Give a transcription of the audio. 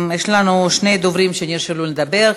יש לנו שני דוברים שנרשמו לדבר.